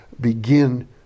begin